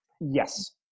Yes